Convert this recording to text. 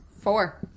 Four